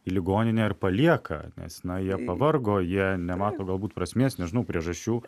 į ligoninę ir palieka nes na jie pavargo jie nemato galbūt prasmės nežinau priežasčių